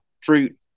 fruit